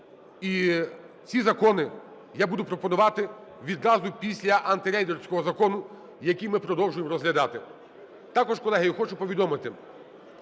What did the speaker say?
І ці закони я буду пропонувати відразу після антирейдерського закону, який ми продовжуємо розглядати. Також, колеги, я хочу повідомити,